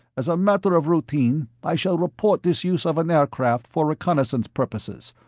as a matter of routine, i shall report this use of an aircraft for reconnaissance purposes,